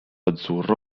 azzurro